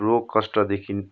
रोग कष्टदेखि